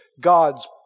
God's